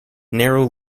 narrow